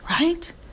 Right